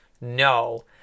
No